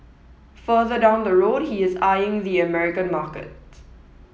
further down the road he is eyeing the American market